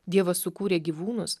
dievas sukūrė gyvūnus